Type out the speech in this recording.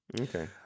okay